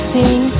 Sing